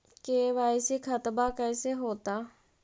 KYC खतबा कैसे होता?